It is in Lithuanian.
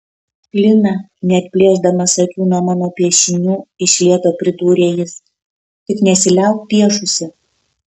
lina neatplėšdamas akių nuo mano piešinių iš lėto pridūrė jis tik nesiliauk piešusi